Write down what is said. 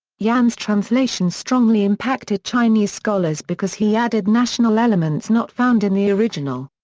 yan's translation strongly impacted chinese scholars because he added national elements not found in the original.